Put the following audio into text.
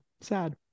sad